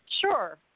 Sure